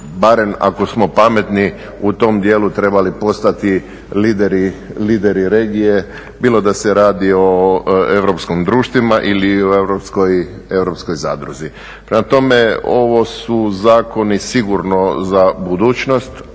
barem ako smo pametni u tom dijelu trebali postati lideri regije bilo da se radi o europskim društvima ili o europskoj zadruzi. Prema tome, ovo su zakoni sigurno za budućnost,